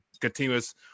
continuous